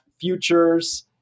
futures